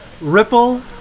Ripple